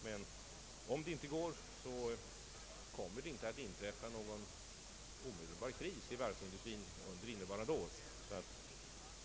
Men om det inte går, kommer det inte att inträffa någon omedelbar kris i varvsindustrin innevarande år.